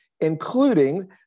including